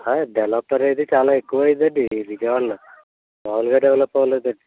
బెల్లంపూడి అయితే చాలా ఎక్కువగా ఉందండి విజయవాడలో మామూలుగా డెవెలప్ అవ్వలేదండి